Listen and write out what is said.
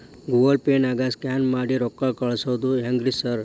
Google ಪೇನಾಗ scan ಮಾಡಿ ರೊಕ್ಕಾ ಕಳ್ಸೊದು ಹೆಂಗ್ರಿ ಸಾರ್?